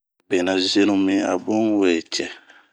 Bienɛ zenu miin abun un we cɛɛ.